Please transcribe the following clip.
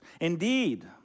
Indeed